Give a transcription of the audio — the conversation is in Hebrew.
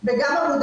למה